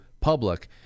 public